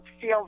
feel